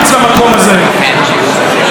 וכך הוא אומר,